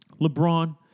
LeBron